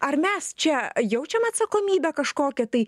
ar mes čia jaučiam atsakomybę kažkokią tai